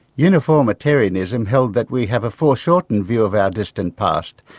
uniformitarianism held that we have a foreshortened view of our distant past,